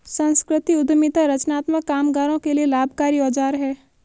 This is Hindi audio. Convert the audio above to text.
संस्कृति उद्यमिता रचनात्मक कामगारों के लिए लाभकारी औजार है